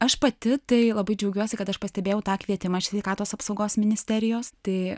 aš pati tai labai džiaugiuosi kad aš pastebėjau tą kvietimą iš sveikatos apsaugos ministerijos tai